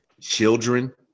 children